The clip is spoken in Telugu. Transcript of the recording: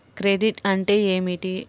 క్రెడిట్ అంటే ఏమిటి?